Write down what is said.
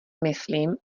myslím